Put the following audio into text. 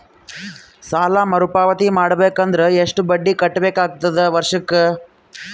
ಸಾಲಾ ಮರು ಪಾವತಿ ಮಾಡಬೇಕು ಅಂದ್ರ ಎಷ್ಟ ಬಡ್ಡಿ ಕಟ್ಟಬೇಕಾಗತದ ವರ್ಷಕ್ಕ?